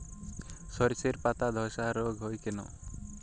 শর্ষের পাতাধসা রোগ হয় কেন?